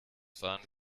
fahren